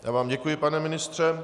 Já vám děkuji, pane ministře.